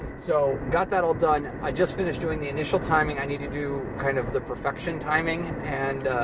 so, got that all done. i just finished doing the initial timing. i need to do kind of the perfection timing and,